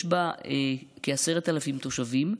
יש בה כ-10,000 תושבים,